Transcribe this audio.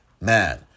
man